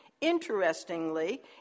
interestingly